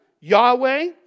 Yahweh